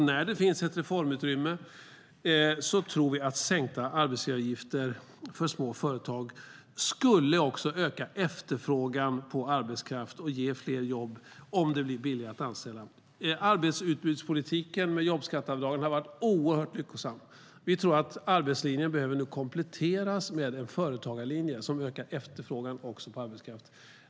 När det finns ett reformutrymme tror vi att sänkta arbetsgivaravgifter för små företag också skulle öka efterfrågan på arbetskraft. Det skulle ge fler jobb om det blir billigare att anställa. Arbetsutbudspolitiken med jobbskatteavdragen har varit oerhört lyckosam. Vi tror att arbetslinjen nog behöver kompletteras med en företagarlinje som ökar efterfrågan också på arbetskraft.